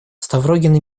ставрогин